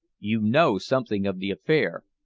you know something of the affair.